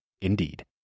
indeed